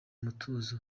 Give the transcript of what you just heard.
mutuzo